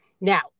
Now